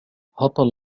هطل